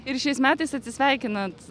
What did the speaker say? ir šiais metais atsisveikinat